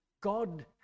God